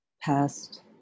past